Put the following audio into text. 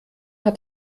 hat